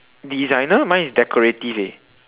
designer mine is decorative